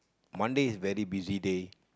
Monday is very busy day